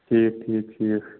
ٹھیٖک ٹھیٖک ٹھیٖک